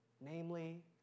namely